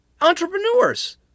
entrepreneurs